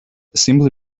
simply